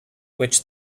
which